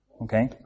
Okay